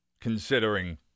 considering